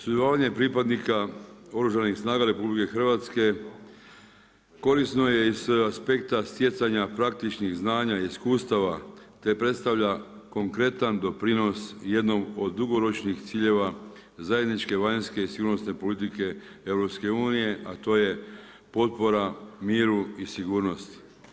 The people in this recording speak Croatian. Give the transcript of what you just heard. Sudjelovanje pripadnika Oružanih snaga RH korisno je i sa aspekta stjecanja praktičnih znanja i iskustava te predstavlja konkretan doprinos jednom od dugoročnih ciljeva zajedničke vanjske i sigurnosne politike EU a to je potpora miru i sigurnosti.